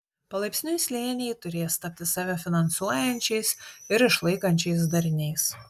palaipsniui slėniai turės tapti save finansuojančiais ir išlaikančiais dariniais